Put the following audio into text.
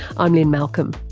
i'm lynne malcolm.